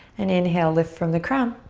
and inhale, lift from the crown.